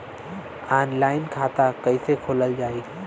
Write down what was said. Online खाता कईसे खोलल जाई?